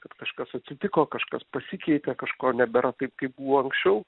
kad kažkas atsitiko kažkas pasikeitė kažko nebėra taip kaip buvo anksčiau